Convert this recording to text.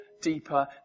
deeper